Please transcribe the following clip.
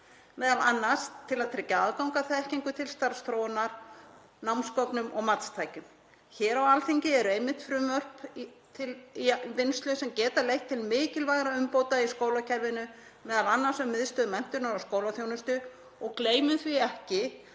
allt, m.a. til að tryggja aðgang að þekkingu til starfsþróunar, námsgögnum og matstækjum. Hér á Alþingi eru einmitt frumvörp í vinnslu sem geta leitt til mikilvægra umbóta í skólakerfinu, m.a. um Miðstöð menntunar og skólaþjónustu, og gleymum því ekki